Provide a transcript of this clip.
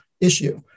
issue